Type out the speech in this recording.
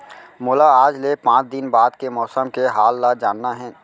मोला आज ले पाँच दिन बाद के मौसम के हाल ल जानना हे?